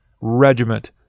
Regiment